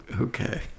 Okay